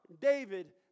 David